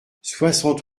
soixante